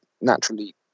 naturally